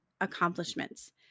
accomplishments